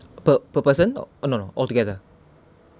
per per person oh no no altogether